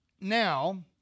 now